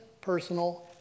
personal